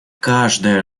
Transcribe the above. каждая